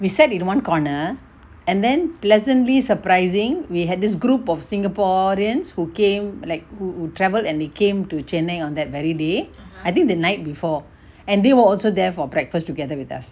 we sat in one corner and then pleasantly surprising we had this group of singaporeans who came like who travel and they came to chennai on that very day I think the night before and they were also there for breakfast together with us